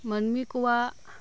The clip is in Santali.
ᱢᱟᱹᱱᱢᱤ ᱠᱚᱣᱟᱜ